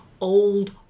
old